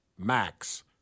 max